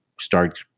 start